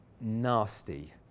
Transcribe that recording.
nasty